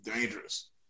Dangerous